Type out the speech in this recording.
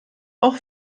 auch